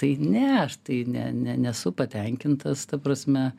tai ne aš tai ne nesu patenkintas ta prasme